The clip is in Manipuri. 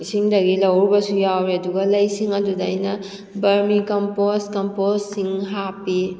ꯁꯤꯡꯗꯒꯤ ꯂꯧꯔꯨꯕꯁꯨ ꯌꯥꯎꯏ ꯑꯗꯨꯒ ꯂꯩꯁꯤꯡ ꯑꯗꯨꯗ ꯑꯩꯅ ꯕꯔꯃꯤ ꯀꯝꯄꯣꯁ ꯀꯝꯄꯣꯁꯁꯤꯡ ꯍꯥꯞꯄꯤ